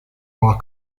bar